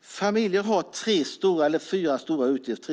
Familjer har fyra stora utgifter.